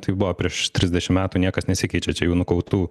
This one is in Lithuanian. tai buvo prieš trisdešim metų niekas nesikeičia čia jų nukautų